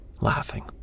laughing